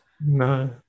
No